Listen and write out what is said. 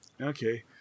Okay